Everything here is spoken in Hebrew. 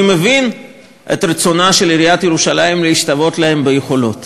אני מבין את רצונה של ירושלים להשתוות להן ביכולת,